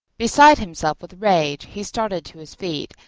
beside himself with rage he started to his feet,